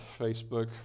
Facebook